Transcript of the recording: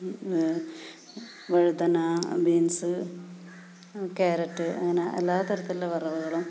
വഴുതന beans carrot അങ്ങനെ എല്ലാത്തരത്തിലുള്ള വറവകളും